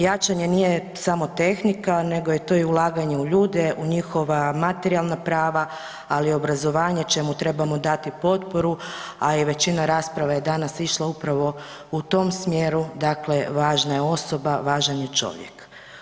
Jačanje nije samo tehnika nego je to ulaganje i u ljude, u njihova materijalna prava, ali i obrazovanje čemu trebamo dati potporu, a i većina rasprave je danas išla upravo u tom smjeru, dakle važna je osoba, važan je čovjek.